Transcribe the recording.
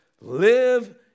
live